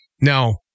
Now